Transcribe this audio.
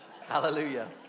Hallelujah